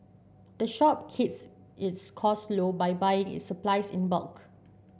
the shop keeps its cost low by buying its supplies in bulk